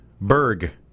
Berg